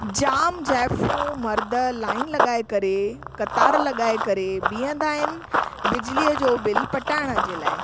जाम ज़ाइफूं मर्द लाइन लॻाए करे कतार लॻाए करे बीहंदा आहिनि बिजलीअ जो बिल पटाइण जे लाइ